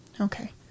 Okay